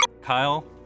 Kyle